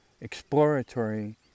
exploratory